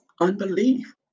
unbelief